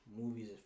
Movies